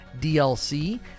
DLC